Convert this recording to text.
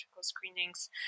screenings